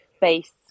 base